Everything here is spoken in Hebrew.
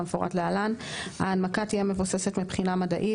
כמפורט להלן: 3.1 ההנמקה תהיה מבוססת מבחינה מדעית,